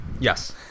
Yes